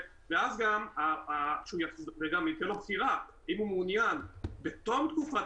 ואז זה גם ייתן לו בחירה אם הוא מעוניין בתום תקופת